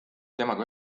temaga